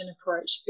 approach